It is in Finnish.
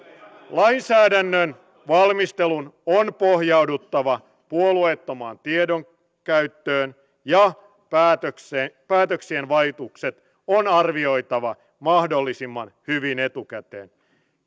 lainsäädännön valmistelun on pohjauduttava puolueettomaan tiedon käyttöön ja päätöksien vaikutukset on arvioitava mahdollisimman hyvin etukäteen